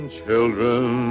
children